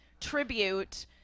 tribute